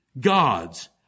gods